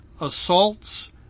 assaults